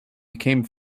became